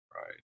Right